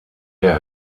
der